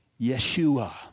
Yeshua